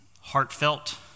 heartfelt